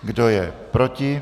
Kdo je proti?